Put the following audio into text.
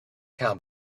camp